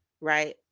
right